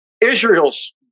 Israel's